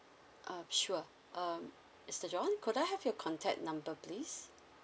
uh sure uh mister john could I have your contact number please